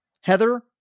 Heather